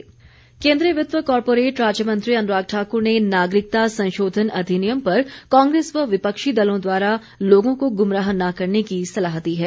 बयान केन्द्रीय वित्त व कॉरपोरेट राज्य मंत्री अनुराग ठाकुर ने नागरिकता संशोधन अधिनियम पर कांग्रेस व विपक्षी दलों द्वारा लोगों को गुमराह न करने की सलाह दी है